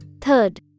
third